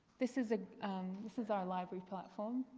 this is ah this is our library platform.